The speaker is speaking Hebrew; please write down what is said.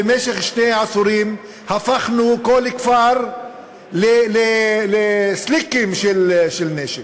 במשך שני עשורים הפכנו כל כפר לסליקים של נשק?